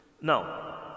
Now